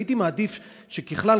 הייתי מעדיף שככלל,